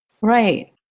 right